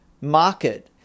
market